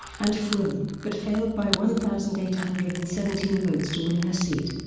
and frome, but failed by one thousand eight hundred and seventeen votes to win her seat.